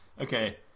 Okay